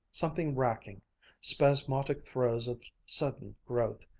something racking spasmodic throes of sudden growth,